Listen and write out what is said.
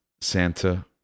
Santa